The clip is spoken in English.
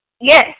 Yes